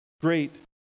great